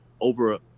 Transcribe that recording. over